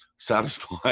satisfying,